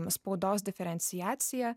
spaudos diferenciacija